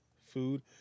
food